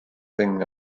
thing